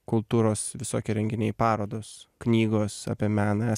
kultūros visokie renginiai parodos knygos apie meną